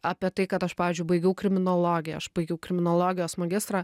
apie tai kad aš pavyzdžiui baigiau kriminologiją aš baigiau kriminologijos magistrą